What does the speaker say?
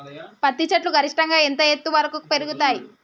పత్తి చెట్లు గరిష్టంగా ఎంత ఎత్తు వరకు పెరుగుతయ్?